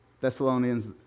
Thessalonians